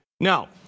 Now